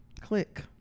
Click